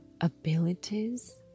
abilities